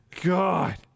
god